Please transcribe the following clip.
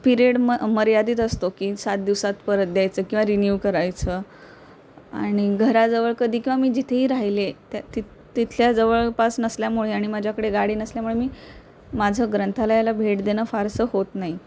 period मर्यादित असतो की सात दिवसात परत द्यायचं किंवा रिन्यू करायचं आणि घराजवळ कधी किंवा मी जिथेही राहिले त्या ति तिथल्या जवळपास नसल्यामुळे आणि माझ्याकडे गाडी नसल्यामुळे मी माझं ग्रंथालयाला भेट देणं फारसं होत नाई